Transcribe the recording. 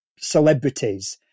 celebrities